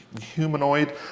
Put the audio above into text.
humanoid